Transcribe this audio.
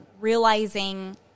realizing